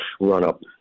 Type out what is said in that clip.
run-up